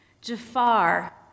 Jafar